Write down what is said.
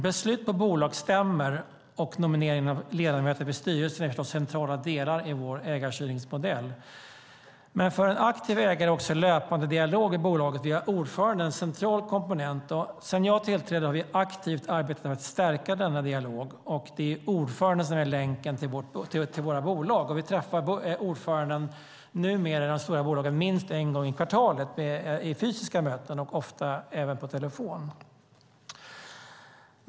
Beslut på bolagsstämmor och nominering av ledamöter i styrelser är förstås centrala delar i vår ägarstyrningsmodell. Men för en aktiv ägare är också en löpande dialog med bolaget via ordföranden en central komponent. Sedan jag tillträdde har vi aktivt arbetat för att stärka denna dialog, och det är ordföranden som är länken till våra bolag. Vi träffar numera ordförandena i de stora bolagen minst en gång i kvartalet vid fysiska möten och ofta även på telefon.